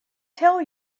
tell